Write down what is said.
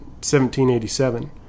1787